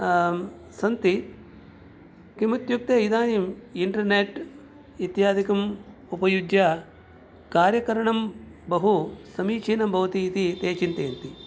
सन्ति किम् इत्युक्ते इदानीम् इण्टर्नेट् इत्यादिकम् उपयुज्य कार्यकरणं बहु समीचीनं भवति इति ते चिन्तयन्ति